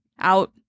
out